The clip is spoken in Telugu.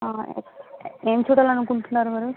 ఆ ఏమి చూడాలనుకుంటున్నారు మ్యాడం